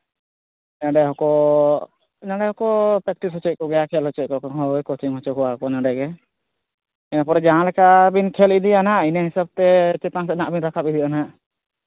ᱮᱸᱰᱮ ᱦᱚᱸ ᱠᱚ ᱱᱚᱰᱮ ᱦᱚᱸ ᱠᱚ ᱯᱨᱮᱠᱴᱤᱥ ᱦᱚᱪᱚᱭᱮᱫ ᱠᱚᱜᱮᱭᱟ ᱠᱷᱮᱞ ᱦᱚᱪᱚᱭᱮᱫ ᱠᱚᱣᱟ ᱠᱚ ᱟᱨ ᱦᱚᱱ ᱠᱳᱪᱤᱝ ᱦᱚᱪᱚᱭᱮᱫ ᱠᱚᱣᱟ ᱠᱚ ᱱᱚᱰᱮ ᱜᱮ ᱤᱱᱟᱹ ᱯᱚᱨᱮ ᱡᱟᱦᱟᱸ ᱞᱮᱠᱟ ᱵᱤᱱ ᱠᱷᱮᱞ ᱤᱫᱤᱭᱟ ᱱᱟᱦᱟᱜ ᱤᱱᱟᱹ ᱦᱤᱥᱟᱹᱵᱛᱮ ᱪᱮᱛᱟᱱ ᱥᱮᱫ ᱵᱤᱱ ᱨᱟᱠᱟᱵ ᱤᱫᱤᱭᱟᱜ ᱱᱟᱦᱟᱜ